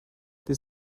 this